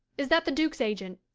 is that the duke's agent?